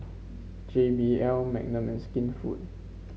J B L Magnum Skinfood